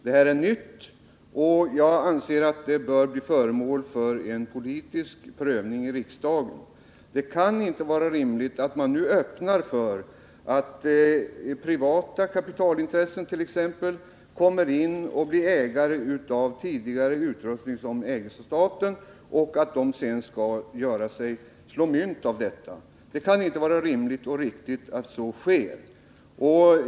Detta förfaringssätt är alltså nytt, och jag anser att det, genom riksdagens prövning, bör bli föremål för en politisk bedömning. Det kan inte vara rimligt att man öppnar möjligheter för t.ex. privata kapitalintressen att bli ägare av utrustning som tidigare ägts av staten och att dessa intressenter skall kunna slå mynt av detta. Det kaninte vara rimligt och riktigt att så sker.